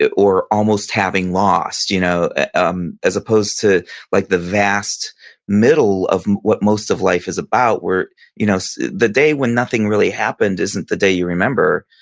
ah or almost having lost. you know ah um as opposed to like the vast middle of what most of life is about. you know so the day when nothing really happened isn't the day you remember.